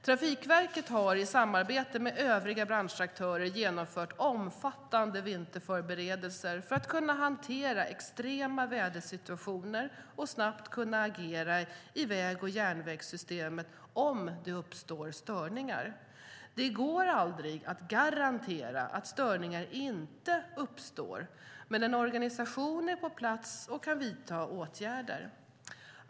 Trafikverket har i samarbete med övriga branschaktörer genomfört omfattande vinterförberedelser för att kunna hantera extrema vädersituationer och snabbt kunna agera i väg och järnvägssystemet om det uppstår störningar. Det går aldrig att garantera att störningar inte uppstår, men en organisation är på plats och kan vidta åtgärder.